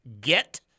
Get